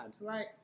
Right